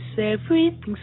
everything's